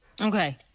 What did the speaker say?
Okay